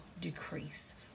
decrease